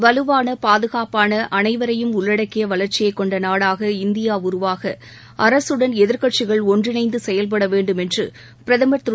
வலுவான பாதுகாப்பான அனைவரையும் உள்ளடக்கிய வளர்ச்சியைக் கொண்ட நாடாக இந்தியா உருவாக அரசுடன் எதிர்க்கட்சிகள் ஒன்றிணைந்து செயல்பட வேண்டும் என்று பிரதமர் திரு